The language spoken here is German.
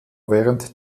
während